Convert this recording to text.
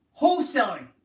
wholesaling